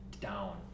down